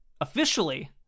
Officially